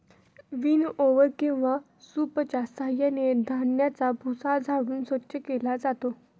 विनओवर किंवा सूपच्या साहाय्याने धान्याचा भुसा झाडून स्वच्छ केला जातो